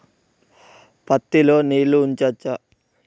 పత్తి లో నీళ్లు ఉంచచ్చా?